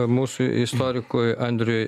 mūsų istorikui andriui